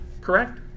correct